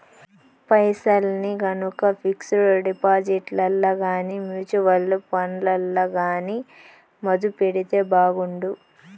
పైసల్ని గనక పిక్సుడు డిపాజిట్లల్ల గానీ, మూచువల్లు ఫండ్లల్ల గానీ మదుపెడితే బాగుండు